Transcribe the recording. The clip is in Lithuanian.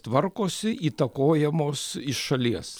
tvarkosi įtakojamos iš šalies